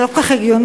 זה לא כל כך הגיוני,